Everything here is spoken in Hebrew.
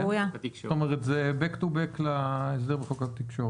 זאת אומרת, זה Back to back להסדר בחוק התקשורת.